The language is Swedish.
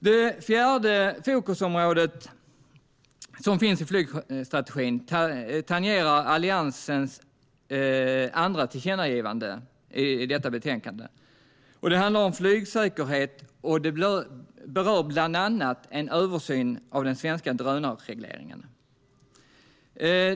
Det fjärde fokusområdet som finns i flygstrategin tangerar Alliansens andra tillkännagivande i detta betänkande. Det handlar om flygsäkerhet och berör bland annat en översyn av den svenska drönarregleringen.